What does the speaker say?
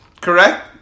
Correct